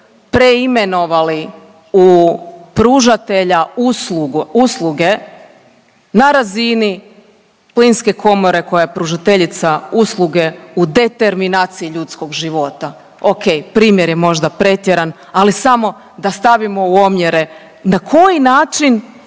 preimenovali u pružatelja usluge na razini plinske komore koja je pružateljica usluge u determinaciji ljudskog života. Ok, primjer je možda pretjeran, ali samo da stavimo u omjere na koji način